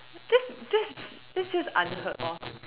that's that's that's just unheard of